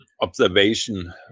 observation